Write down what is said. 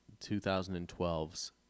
2012's